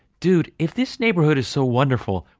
dude, if this neighborhood is so wonderful,